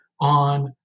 on